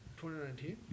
2019